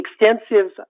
extensive